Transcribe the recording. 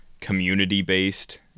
community-based